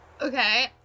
Okay